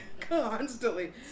constantly